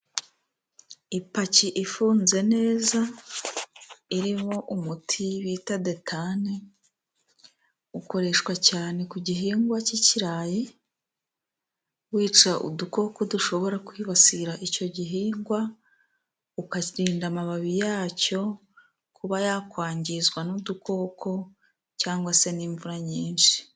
Ipaki ifunze neza irimo umuti bita Detane ukoreshwa cyane ku gihingwa cy'ikirayi, wica udukoko dushobora kwibasira icyo gihingwa, ukarinda amababi yacyo kuba yakwangizwa n'udukoko cyangwa se n'imvura nyinshi.